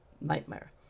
nightmare